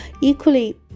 Equally